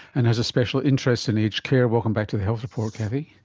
and has a special interest in aged care. welcome back to the health report, kathy.